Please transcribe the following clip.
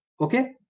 Okay